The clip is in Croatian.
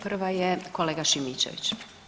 Prva je kolega Šimičević.